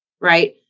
right